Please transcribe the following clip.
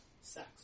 sex